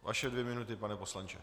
Vaše dvě minuty, pane poslanče.